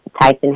Tyson